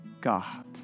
God